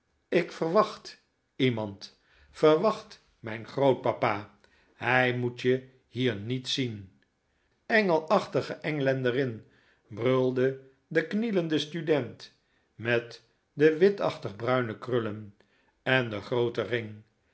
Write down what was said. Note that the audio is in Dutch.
ik verwacht iemand verwacht mijn grootpapa hij moet je hier niet zien engelachtige englanderin brulde de knielende student met de witachtig bruine krullen en den grooten ring